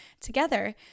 together